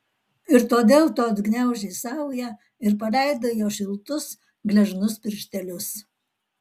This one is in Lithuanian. ir todėl tu atgniaužei saują ir paleidai jo šiltus gležnus pirštelius